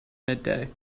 midday